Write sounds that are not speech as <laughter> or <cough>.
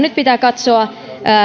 <unintelligible> nyt pitää katsoa